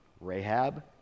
Rahab